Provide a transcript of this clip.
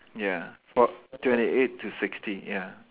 ya for~ twenty eight to sixty ya